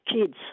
kids